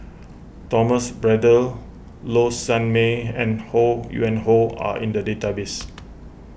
Thomas Braddell Low Sanmay and Ho Yuen Hoe are in the database